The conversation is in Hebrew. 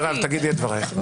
מירב, תגידי את דבריך.